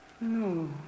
No